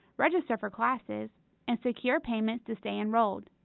register for classes and secure payments to stay enrolled.